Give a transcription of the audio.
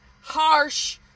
harsh